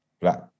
black